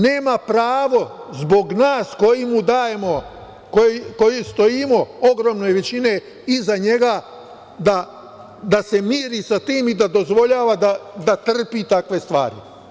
Nema pravo zbog nas koji mu dajemo, koji stojimo, ogromne većine, iza njega, da miri sa tim i da dozvoljava da trpi takve stvari.